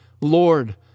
Lord